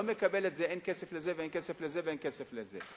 אני לא מקבל את זה: אין כסף לזה ואין כסף לזה ואין כסף לזה.